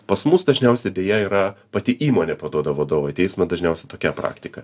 pas mus dažniausiai deja yra pati įmonė paduoda vadovą į teismą dažniausiai tokia praktika